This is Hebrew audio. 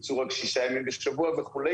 ייצור רק שישה ימים בשבוע וכו',